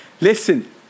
Listen